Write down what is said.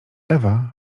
ewa